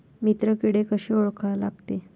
मित्र किडे कशे ओळखा लागते?